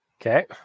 Okay